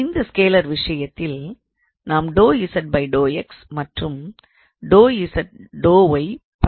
இந்த ஸ்கேலார் விஷயத்தில் நாம் மற்றும் ஐ பற்றி பேச முடியும்